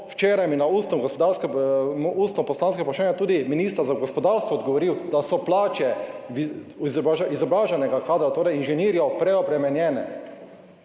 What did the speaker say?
je celo na ustno poslansko vprašanje tudi minister za gospodarstvo odgovoril, da so plače izobraženega kadra, torej inženirjev, preobremenjene.